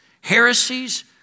heresies